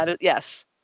Yes